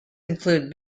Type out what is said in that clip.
include